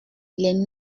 les